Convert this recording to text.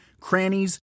crannies